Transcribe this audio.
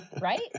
right